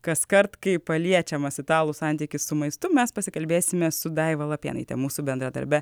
kaskart kai paliečiamas italų santykis su maistu mes pasikalbėsime su daiva lapėnaite mūsų bendradarbe